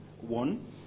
One